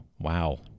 wow